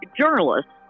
journalists